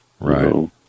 Right